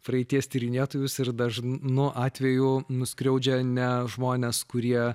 praeities tyrinėtojus ir dažnu atveju nuskriaudžia ne žmones kurie